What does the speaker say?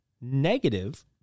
negative